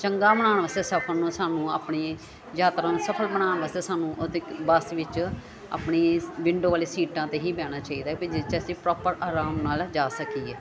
ਚੰਗਾ ਬਣਾਉਣ ਵਾਸਤੇ ਸਫਰ ਨੂੰ ਸਾਨੂੰ ਆਪਣੇ ਯਾਤਰਾ ਨੂੰ ਸਫਲ ਬਣਾਉਣ ਵਾਸਤੇ ਸਾਨੂੰ ਉਹਦੇ ਬੱਸ ਵਿੱਚ ਆਪਣੀ ਵਿੰਡੋ ਵਾਲੀ ਸੀਟਾਂ 'ਤੇ ਹੀ ਬਹਿਣਾ ਚਾਹੀਦਾ ਕਿ ਜਿਸ 'ਚ ਅਸੀਂ ਪ੍ਰੋਪਰ ਆਰਾਮ ਨਾਲ ਜਾ ਸਕੀਏ